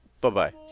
Bye-bye